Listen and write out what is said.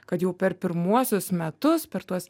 kad jau per pirmuosius metus per tuos